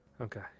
okay